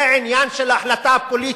זה עניין של החלטה פוליטית.